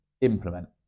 implement